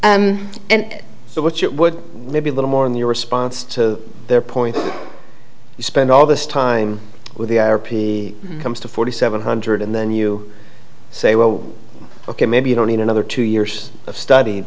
and so what you would maybe a little more in your response to their point you spend all this time with the comes to forty seven hundred and then you say well ok maybe you don't need another two years of study